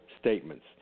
statements